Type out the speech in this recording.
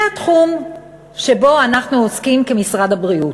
זה התחום שבו אנחנו עוסקים כמשרד הבריאות.